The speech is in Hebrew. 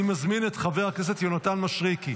אני מזמין את חבר הכנסת יונתן מישרקי,